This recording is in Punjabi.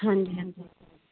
ਹਾਂਜੀ ਹਾਂਜੀ